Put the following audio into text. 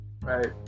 right